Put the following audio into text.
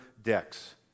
decks